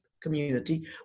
community